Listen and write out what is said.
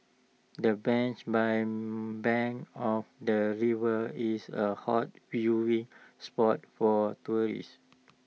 the bench by bank of the river is A hot viewing spot for tourists